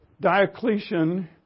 Diocletian